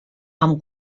amb